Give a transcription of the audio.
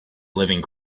living